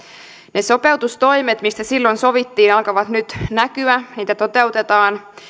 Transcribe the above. ne sopeutustoimet mistä silloin sovittiin alkavat nyt näkyä niitä toteutetaan